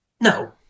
No